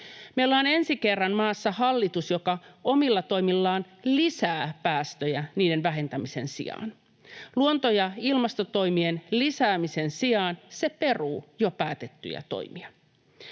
on maassa ensi kerran hallitus, joka omilla toimillaan lisää päästöjä niiden vähentämisen sijaan, luonto ja ilmastotoimien lisäämisen sijaan se peruu jo päätettyjä toimia.